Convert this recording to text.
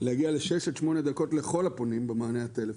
להגיע לשש עד שמונה דקות לכל הפונים במענה הטלפוני.